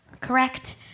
Correct